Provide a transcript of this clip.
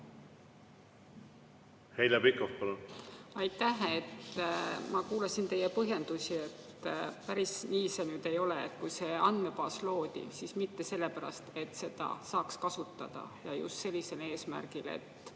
Heljo Pikhof, palun! Aitäh! Ma kuulasin teie põhjendusi. Päris nii see nüüd ei ole. Kui see andmebaas loodi, siis mitte sellepärast, et seda saaks kasutada just sellisel eesmärgil.